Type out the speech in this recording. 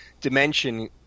dimension